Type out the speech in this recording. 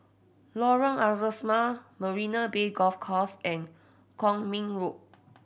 Lorong Asrama Marina Bay Golf Course and Kwong Min Road